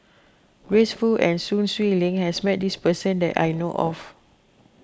Grace Fu and Sun Xueling has met this person that I know of